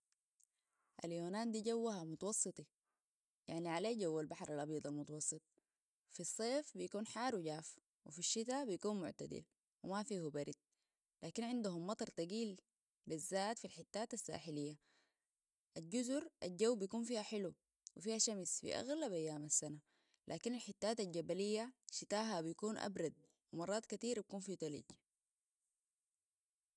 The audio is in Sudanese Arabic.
اليونان دي جوها متوسطي يعني عليه جو البحر الابيض المتوسط في الصيف بيكون حار وجاف وفي الشتاء بيكون معتدل وما فيه برد لكن عندهم مطر تقيل بالذات في الحتات الساحلية الجزر الجو بيكون فيها حلو وفيها شمس في اغلب ايام السنة لكن الحتات الجبلية شتاها بيكون ابرد ومرات كتير بيكون فيه تلج